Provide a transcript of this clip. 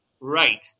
Right